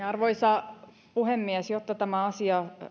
arvoisa puhemies jotta tämä asia